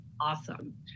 awesome